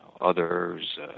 others